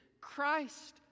Christ